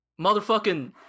Motherfucking